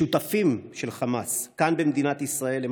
שותפים של חמאס כאן במדינת ישראל הם